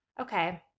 okay